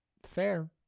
fair